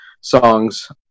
songs